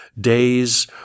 days